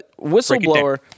Whistleblower